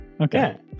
Okay